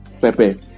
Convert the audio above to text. Pepe